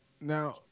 Now